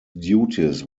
duties